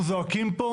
אנחנו זועקים פה